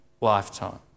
lifetime